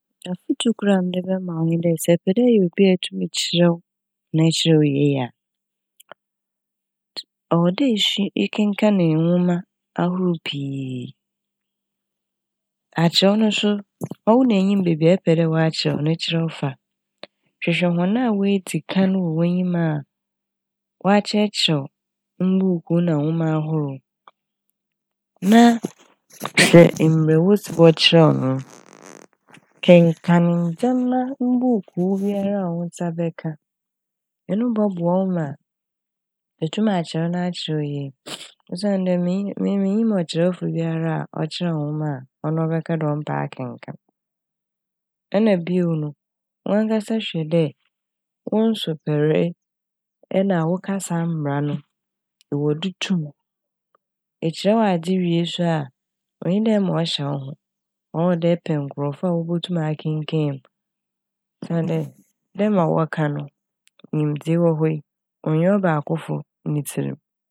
Afotu kor a mede bɛma wo nye dɛ sɛ ɛpɛ dɛ ɛyɛ obi a itum kyerɛw na ɛkyerɛw yie a ɔwɔ dɛ isua- ɛkenkaan nwoma ahorow pii. Akyerɛw no so ɔwo na enyim beebi a epɛ dɛ w'akeyrɛw no ekyerɛw fa. Hwehwɛ hɔn a woedzikan wɔ w'enyim a wɔakyerɛkyerɛw mbuukuu na nwoma ahorow na hwɛ mbrɛ wosi kyerɛw nwoma. Kenkaan ndzɛma mbuukuu biara a wo nsa bɛka ɔno bɔboa wo ma etum na akyerɛw na akyerɛw yie. Osiandɛ me -minnyim ɔkyerɛwfo biara a ɔkyerɛw nwoma a ɔno ɔbɛka dɛ ɔmmpɛ akenkaan. Nna bio no ɔannkasa hwɛ dɛ wo nsopɛre nna wo kasa mbra no ewɔ do tum. Ekyerɛw adze wie so a onnyi dɛ ɛma ɔhyɛ wo ho ɔwɔ dɛ epɛ nkorɔfo wobotum akenkaan me osiandɛ dɛ ma wɔka no nyimdzee ɔwɔ hɔ yi nnyi ɔbaakofo ne tsirmu.